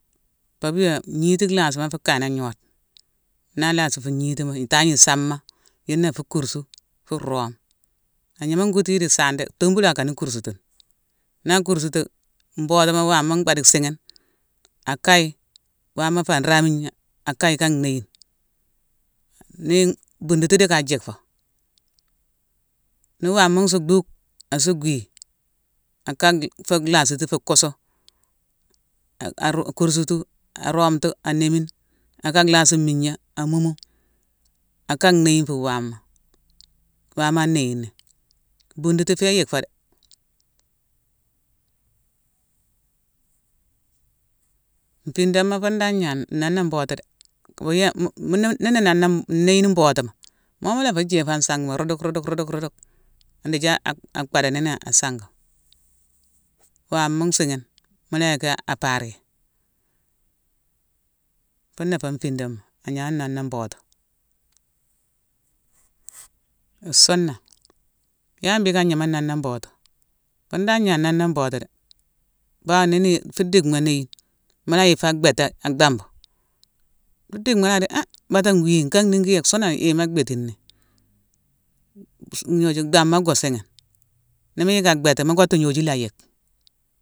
Pabia ngnitima lhasima afu kayeni agnode. Naa lassi fu ngnitima, itangni. isama yuna afu kursu, fu roome. Agnama ngwuti yi di saana dé, tumbu la akan kursutune. Na kursutu, mbotuma wama mbade sighine, akkaye wama fa nramigna, akkaye ka nhéyine. Ni-u-bundutu dicka jick fo. Ni wama nsu dhuck, assu gwiyi aka-lhé-fu lhassiti fu kusu-a-a-ru-kursutu, aroomtu, anémine, aka lhassi mmigna amumu, aka nhéyine fu wama. Wama nhéyini. Bundutini fé yick fo. Nfiddama fun dan gna noné mbotu dé. Woyé-mu-mune-ni-ninu-nana-mbe-nu-neyine mbotuma, mo mula fu jéé fo an sangema redeuk-redeuk-redeuk-rudeuk. Ndija-ak-ak-phandanini an sanga. Wama nsighine mula yicki-apariyé. Funa fé nfiddama, agna noné mbotu. Suuna, yalé mbhické agnama noné mbotu? Fun dan gna noné mbotu dé. Bao ni-ni-i fu dickma néyine, mula yick fo abhéti, ak dhambu. Fu dickma la di ha, baté ngwi, naka ningi yeck suuna yéma ak bhétini. gnoju, dham ma go sighine. Ni mu yick a bhéti, mu koctu gnoju la yick.